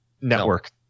network